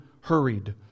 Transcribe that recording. hurried